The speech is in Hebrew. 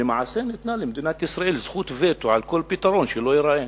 שלמעשה ניתנה למדינת ישראל זכות וטו על כל פתרון שלא יהיה.